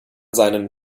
seinen